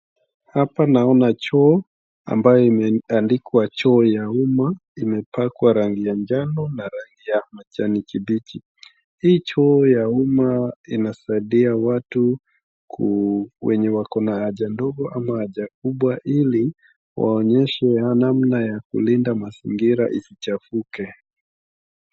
Hapa naona choo ambayo imeandikwa choo ya umma imepakwa rangi ya njano na rangi ya majani kibichi hii choo ya umma inasaidia watu wenye wakona haja ndogo ama haja kubwa ili waonyeshe namna ya kulinda mazingira isichafuke.